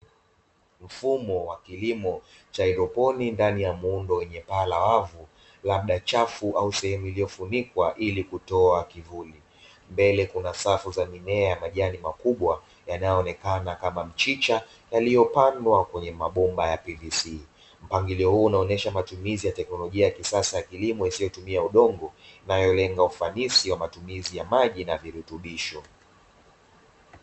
Mfumo wa kilimo cha haidroponi ndani ya muundo wenye paa la wavu labda chafu au sehemu iliyofunikwa ili kutoka kivuli. Mbele kuna safu za mimea, majani makubwa yanayoonekana kama mchicha na yaliyopandwa kwenye mabomba ya "PVC". Mpangilio huu unaonyesha matumizi ya teknolojia ya kisasa ya kilimo isiyotumia udongo na inayolenga ufanisi wa matumizi ya maji na virutubisho.